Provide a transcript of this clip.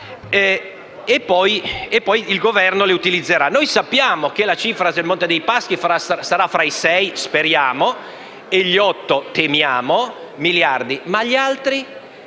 e poi il Governo li utilizzerà. Noi sappiamo che la cifra relativa al Monte dei Paschi sarà compresa fra i sei (speriamo) e gli otto (temiamo) miliardi, ma gli altri?